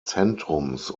zentrums